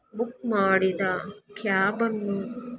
book ಮಾಡಿದ ಕ್ಯಾಬನ್ನು